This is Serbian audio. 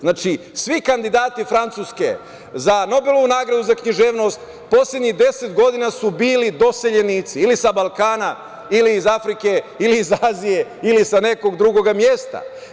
Znači, svi kandidati Francuske za Nobelovu nagradu za književnost poslednjih 10 godina su bili doseljenici ili sa Balkana, ili iz Afrike, ili iz Azije, ili sa nekog drugog mesta.